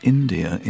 India